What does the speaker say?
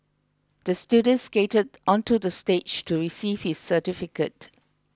the student skated onto the stage to receive his certificate